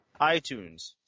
iTunes